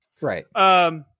Right